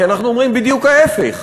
כי אנחנו אומרים בדיוק ההפך,